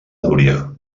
núria